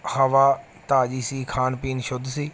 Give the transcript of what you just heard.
ਹਵਾ ਤਾਜ਼ੀ ਸੀ ਖਾਣ ਪੀਣ ਸ਼ੁੱਧ ਸੀ